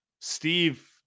Steve